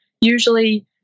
usually